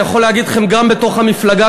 אני יכול להגיד לכם: גם בתוך המפלגה